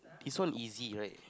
this one easy right